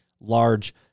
large